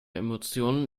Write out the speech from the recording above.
emotionen